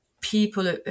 people